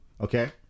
Okay